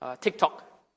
TikTok